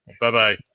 Bye-bye